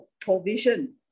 provision